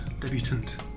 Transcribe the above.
debutant